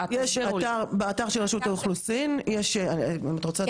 באתר של רשות האוכלוסין יש גישה,